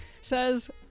says